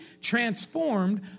transformed